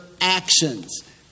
actions